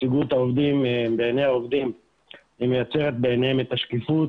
נציגות העובדים בעיני העובדים מייצרת בעיניהם את השקיפות.